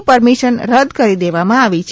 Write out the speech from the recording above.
permission રદ કરી દેવામાં આવી છે